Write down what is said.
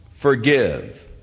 Forgive